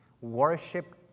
Worship